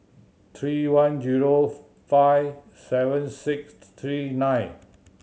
three one zero five seven six three nine